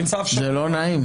זה לא נעים.